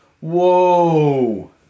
Whoa